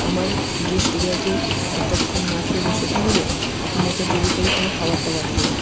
আমার গেস্টগুলো কি এতক্ষণ না খেয়ে বসে থাকবে আপনি এত দেরি করে কেনো খাবারটা পাঠালেন